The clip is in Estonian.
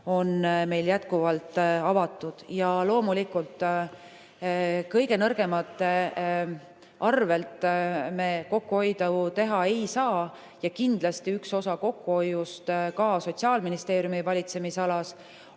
on meil jätkuvalt avatud. Loomulikult, kõige nõrgemate arvel me kokkuhoidu teha ei saa. Kindlasti on üks osa kokkuhoiust ka Sotsiaalministeeriumi valitsemisalas